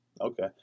Okay